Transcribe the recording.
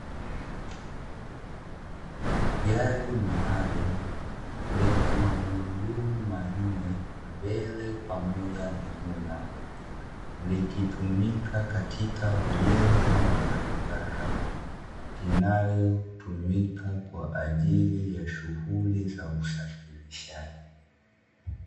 Gari maalumu lenye magurudumu manne mbele pamoja na nyuma, likitumika katika ujenzi wa barabara, inayotumika kwa ajili ya shughuli za usafirishaji.